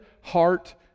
heart